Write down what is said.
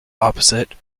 opposite